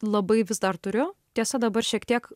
labai vis dar turiu tiesa dabar šiek tiek